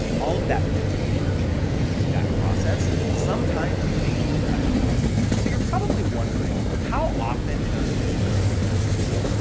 all of that mental energy going through that process? sometimes you may need to cut your losses. so you're probably wondering, how often does this kind of thing happen. so,